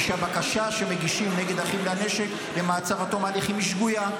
ושהבקשה שמגישים נגד אחים לנשק למעצר עד תום ההליכים שגויה,